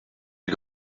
les